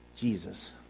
Jesus